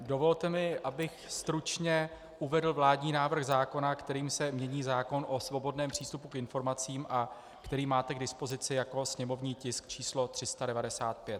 Dovolte mi, abych stručně uvedl vládní návrh zákona, kterým se mění zákon o svobodném přístupu k informacím a který máte k dispozici jako sněmovní tisk číslo 395.